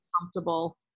comfortable